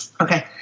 Okay